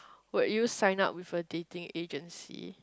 will you sign up with a dating agency